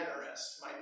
generous